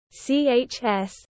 Chs